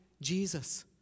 Jesus